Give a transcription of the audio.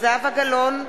זהבה גלאון,